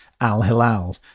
Al-Hilal